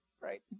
Right